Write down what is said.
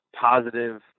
positive